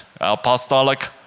apostolic